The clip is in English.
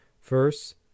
First